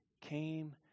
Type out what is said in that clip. came